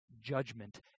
judgment